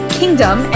kingdom